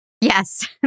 Yes